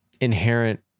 inherent